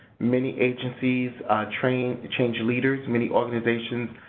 many agencies train change leaders, many organizations